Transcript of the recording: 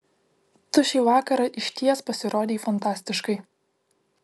tu šį vakarą išties pasirodei fantastiškai